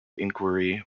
inquiry